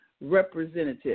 representative